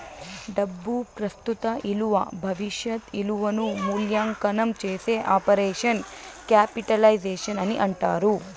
డబ్బు ప్రస్తుత ఇలువ భవిష్యత్ ఇలువను మూల్యాంకనం చేసే ఆపరేషన్ క్యాపిటలైజేషన్ అని అంటారు